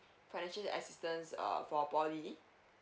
financial assistance uh for P_O_L_Y